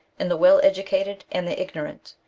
in the well-educated and the ignorant,